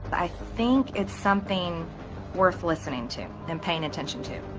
i think it's something worth listening to and paying attention to.